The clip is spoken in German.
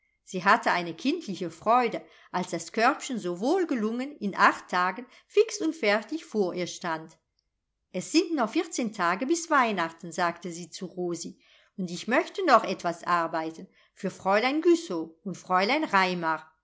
sie hatte eine kindliche freude als das körbchen so wohlgelungen in acht tagen fix und fertig vor ihr stand es sind noch vierzehn tage bis weihnachten sagte sie zu rosi und ich möchte noch etwas arbeiten für fräulein güssow und fräulein raimar